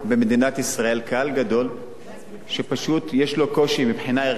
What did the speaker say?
קהל גדול שפשוט יש לו קושי מבחינה ערכית לצפות בטלוויזיה,